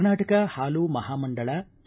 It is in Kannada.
ಕರ್ನಾಟಕ ಹಾಲು ಮಹಾಮಂಡಳ ಕೆ